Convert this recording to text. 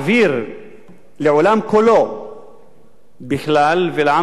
בכלל ולעם הפלסטיני ולאומה הערבית והמוסלמית,